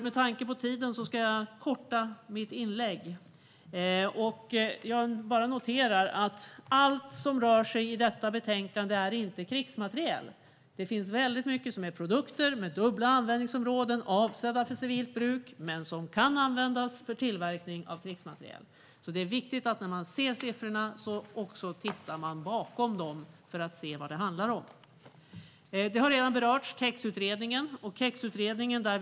Med tanke på kammarens tid ska jag korta mitt inlägg. Jag noterar bara att allt som detta betänkande rör inte är krigsmateriel. Det finns mycket som är produkter med dubbla användningsområden. De är avsedda för civilt bruk men kan också användas för tillverkning av krigsmateriel. Det är viktigt att titta bakom siffrorna för att se vad det handlar om. KEX-utredningen har redan berörts.